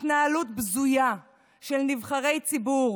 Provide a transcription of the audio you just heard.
זו התנהלות בזויה של נבחרי ציבור,